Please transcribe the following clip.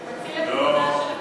את כבודה של הכנסת.